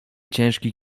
ciężki